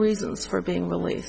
reasons for being really